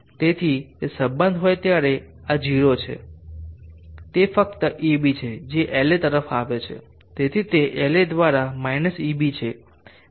તેથી તે બંધ હોય ત્યારે આ 0 હોય છે તે ફક્ત eb છે જે La તરફ આવે છે તેથી તે La દ્વારા -eb છે